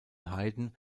haydn